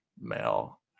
male